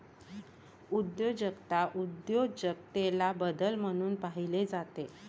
उद्योजकता उद्योजकतेला बदल म्हणून पाहिले जाते